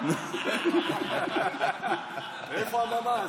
איפה הממ"ז?